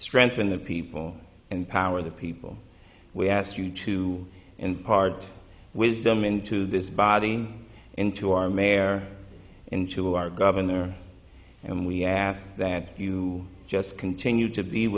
strengthen the people and power of the people we asked you to impart wisdom into this body into our mare into our gov and we ask that you just continue to be